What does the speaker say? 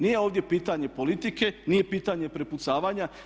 Nije ovdje pitanje politike, nije pitanje prepucavanja.